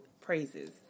praises